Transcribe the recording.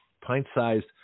pint-sized